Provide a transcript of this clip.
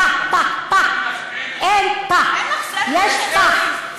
פָּה, פָּה, פָּה, אין פָּה, יש פָה.